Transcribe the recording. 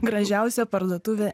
gražiausia parduotuvė